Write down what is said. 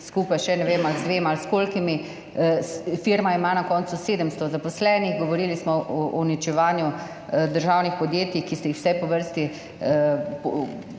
skupaj še, ne vem, ali z dvema ali s kolikimi. Firma ima na koncu 700 zaposlenih. Govorili smo o uničevanju državnih podjetij, ki ste jih vse po vrsti s